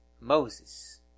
Moses